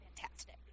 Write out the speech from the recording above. Fantastic